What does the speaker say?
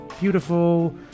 beautiful